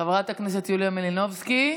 חברת הכנסת יוליה מלינובסקי,